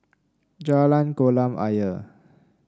Jalan Kolam Ayer